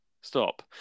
stop